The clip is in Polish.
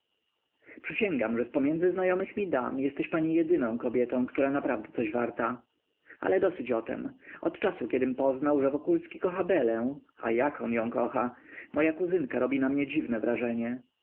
przysięgam że z pomiędzy znajomych mi dam jesteś pani jedyną kobietą która naprawdę coś warta ale dosyć o tem od czasu kiedym poznał że wokulski kocha belę a jak on ją kocha moja kuzynka robi na mnie dziwne wrażenie